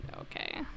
Okay